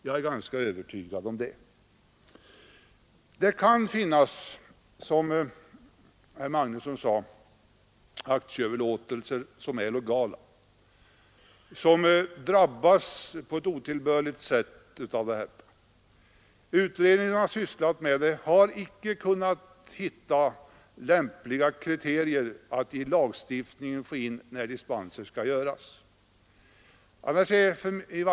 Som herr Magnusson sade, kan legala aktieöverlåtelser drabbas på ett otillbörligt sätt. Utredningen som sysslat med dessa frågor har icke kunnat hitta lämpliga kriterier för hur dispenser skall göras.